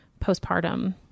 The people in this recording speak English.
postpartum